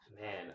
Man